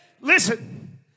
Listen